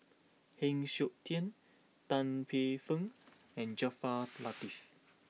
Heng Siok Tian Tan Paey Fern and Jaafar Latiff